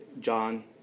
John